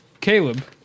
Caleb